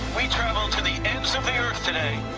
we travel to the so the earth today.